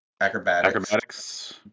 Acrobatics